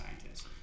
scientists